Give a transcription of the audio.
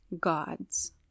gods